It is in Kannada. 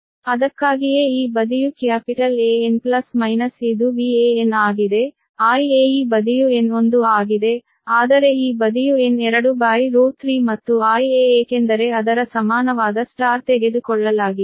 ಅದಕ್ಕಾಗಿಯೇ ಈ ಬದಿಯು ಕ್ಯಾಪಿಟಲ್ An ಪ್ಲಸ್ ಮೈನಸ್ ಇದು VAn ಆಗಿದೆ IA ಈ ಬದಿಯು N1 ಆಗಿದೆ ಆದರೆ ಈ ಬದಿಯು N23 ಮತ್ತು Ia ಏಕೆಂದರೆ ಅದರ ಸಮಾನವಾದ Yis ತೆಗೆದುಕೊಳ್ಳಲಾಗಿದೆ